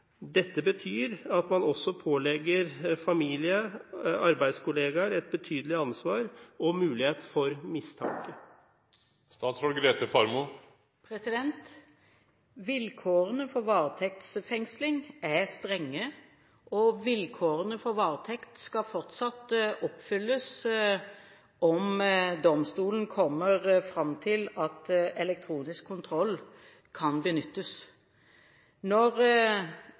Dette betyr at man også pålegger familie og arbeidskollegaer et betydelig ansvar og mulighet for mistanke. Vilkårene for varetektsfengsling er strenge, og vilkårene for varetekt skal fortsatt oppfylles om domstolen kommer fram til at elektronisk kontroll kan benyttes. Når